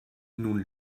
nun